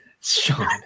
Sean